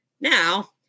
Now